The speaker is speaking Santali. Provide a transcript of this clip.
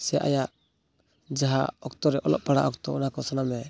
ᱥᱮ ᱟᱭᱟᱜ ᱡᱟᱦᱟᱸ ᱚᱠᱛᱚᱨᱮ ᱚᱞᱚᱜ ᱯᱟᱲᱦᱟᱜ ᱚᱠᱛᱚ ᱚᱱᱟᱠᱚ ᱥᱟᱱᱟᱢᱮ